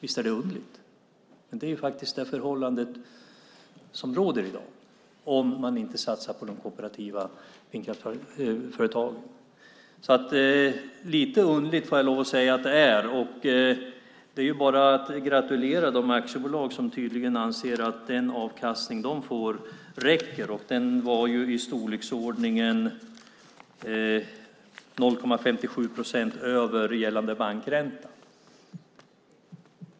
Det är underligt, men det är det förhållande som råder i dag om man inte satsar på de kooperativa vindkraftsföretagen. Lite underligt är det. Det är bara att gratulera de aktiebolag som tydligen anser att den avkastning de får räcker. Den var i storleksordningen 0,57 procent över gällande bankränta.